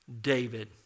David